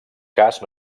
cas